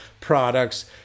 products